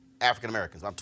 African-Americans